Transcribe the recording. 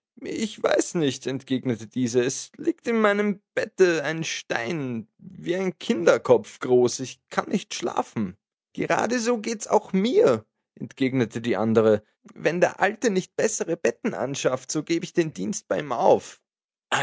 ich weiß nicht entgegnete diese es liegt in meinem bette ein stein wie ein kinderkopf groß ich kann nicht schlafen geradeso geht's auch mir entgegnete die andere wenn der alte nicht bessere betten anschafft so geb ich den dienst bei ihm auf